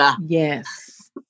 Yes